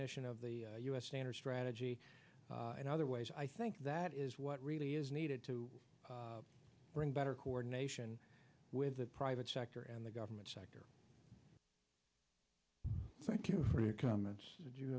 ignition of the u s standard strategy in other ways i think that is what really is needed to bring better coordination with the private sector and the government sector thank you for your comments did you